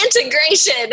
integration